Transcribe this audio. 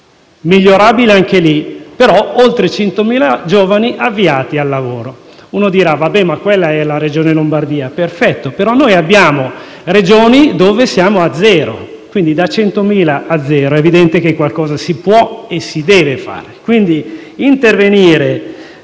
Migliorabile anche questo dato, però sono oltre 100.000 giovani avviati al lavoro. Si dirà che quella è la Regione Lombardia. Perfetto, però abbiamo Regioni dove siamo a zero: da 100.000 a zero è evidente che qualcosa si può e si deve fare. Quindi, intervenire